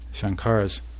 Shankara's